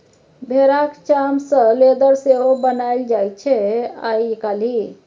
भेराक चाम सँ लेदर सेहो बनाएल जाइ छै आइ काल्हि